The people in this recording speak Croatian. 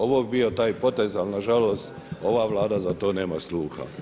Ovo bi bio taj potez ali nažalost ova Vlada za to nema sluha.